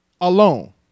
alone